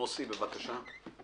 מוסי, בבקשה.